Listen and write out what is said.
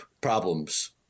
problems